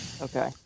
Okay